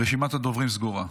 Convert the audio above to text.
רשימת הדוברים סגורה.